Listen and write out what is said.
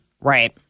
Right